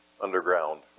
underground